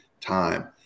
time